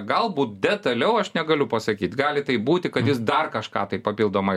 galbūt detaliau aš negaliu pasakyt gali taip būti kad jis dar kažką taip papildomai